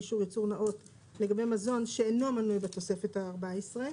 באישור ייצור נאות לגבי מזון שאינו מנוי בתוספת ה-14,